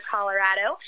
Colorado